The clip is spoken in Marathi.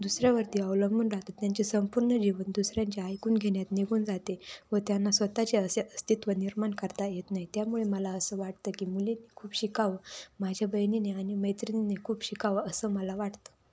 दुसऱ्यावरती अवलंबून राहतात त्यांचे संपूर्ण जीवन दुसऱ्यांचे ऐकून घेण्यात निघून जाते व त्यांना स्वतःचे असे अस्तित्व निर्माण करता येत नाही त्यामुळे मला असं वाटतं की मुली खूप शिकावं माझ्या बहिणीनी आणि मैत्रिणीने खूप शिकावं असं मला वाटतं